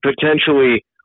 potentially